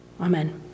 Amen